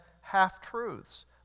half-truths